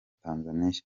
tanzania